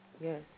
Yes